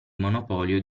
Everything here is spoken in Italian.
monopolio